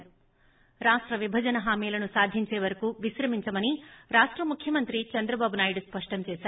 ి సారాష్ట విభజన హామీలను సాధించే వరకూ విశ్రమించమని రాష్ట ముఖ్యమంత్రి చంద్రబాబు నాయుడు స్పష్టం చేసారు